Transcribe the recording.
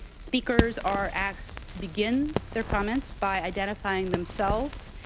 speakers are asked to begin their comments by identifying themselves,